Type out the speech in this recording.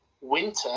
winter